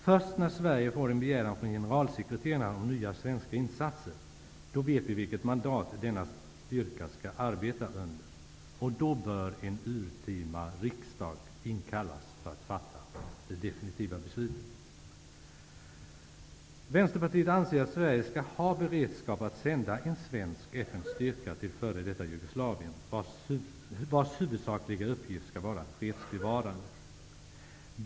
Först när Sverige får en begäran från generalsekreteraren om nya svenska insatser vet vi vilket mandat denna styrka skall arbeta under. Då bör en urtima riksdag inkallas för att fatta det definitiva beslutet. Vänsterpartiet anser att Sverige skall ha beredskap att sända en svensk FN-styrka till f.d. Jugoslavien, en styrka vars huvudsakliga uppgift skall vara fredsbevarande.